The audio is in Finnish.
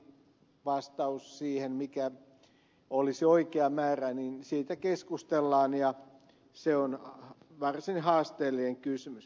siitä mikä olisi oikea määrä keskustellaan ja se on varsin haasteellinen kysymys